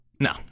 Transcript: No